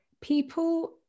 people